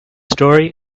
story